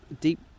Deep